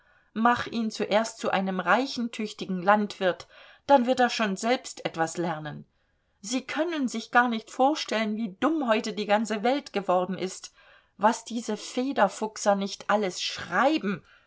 mach ihn erst zu einem reichen tüchtigen landwirt dann wird er schon selbst etwas lernen sie können sich gar nicht vorstellen wie dumm heute die ganze welt geworden ist was diese federfuchser nicht alles schreiben